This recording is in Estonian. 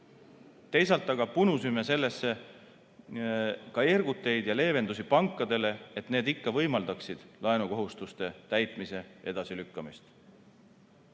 teisalt aga punusime sellesse ka erguteid ja leevendusi pankadele, et need võimaldaksid laenukohustuste täitmise edasilükkamist.